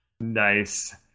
Nice